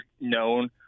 known